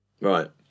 right